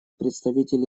представитель